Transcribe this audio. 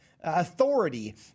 authority